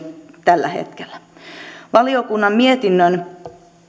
tällä hetkellä valiokunnan mietinnön